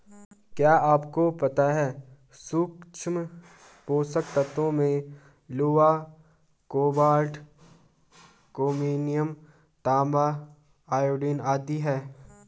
क्या आपको पता है सूक्ष्म पोषक तत्वों में लोहा, कोबाल्ट, क्रोमियम, तांबा, आयोडीन आदि है?